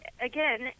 Again